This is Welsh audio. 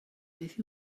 beth